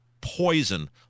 poison